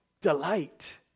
Delight